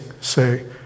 say